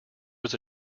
was